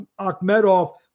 Akhmedov